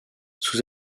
sous